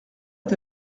est